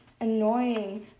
annoying